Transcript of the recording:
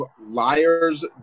Liar's